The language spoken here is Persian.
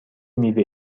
میوه